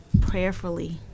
prayerfully